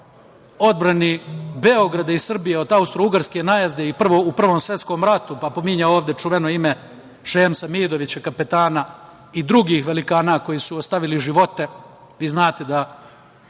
odbrani Beograda i Srbije od Austrougarske najezde u Prvom svetskom ratu, pa pominjao ovde čuveno ime Šemsa Mijadovića, kapetana i drugih velikana koji su ostavili živote. Vi znate da